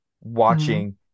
watching